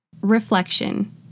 Reflection